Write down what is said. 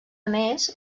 més